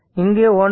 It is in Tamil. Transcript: இங்கே 1